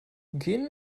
gähnen